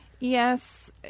Yes